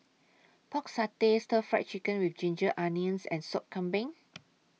Pork Satay Stir Fry Chicken with Ginger Onions and Sop Kambing